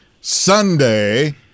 sunday